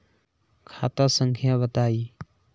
खाता संख्या बताई?